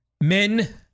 Men